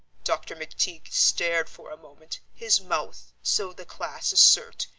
dr. mcteague stared for a moment, his mouth, so the class assert,